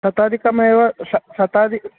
शतादिकमेव श शतादि